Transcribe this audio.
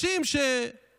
לאנשים